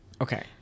okay